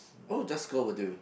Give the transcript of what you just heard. oh just go will do